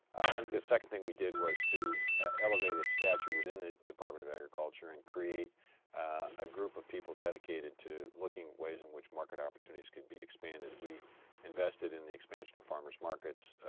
and the second thing we did was to elevate its stature within the department of agriculture and create a group of people dedicated to looking at ways in which market opportunities could be expanded. we invested in the expansion of farmer's markets,